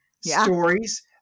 stories